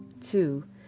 Two